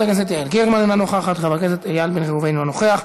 חבר הכנסת עמר בר-לב, אינו נוכח,